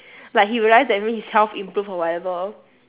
like he realise that maybe his health improve or whatever